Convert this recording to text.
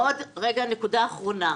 נקודה אחרונה.